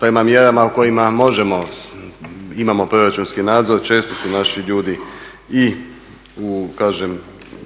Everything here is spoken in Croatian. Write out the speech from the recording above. prema mjerama o kojima možemo, imamo proračunski nadzor. Često su naši ljudi kažem